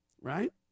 right